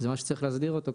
מי מציג?